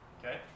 okay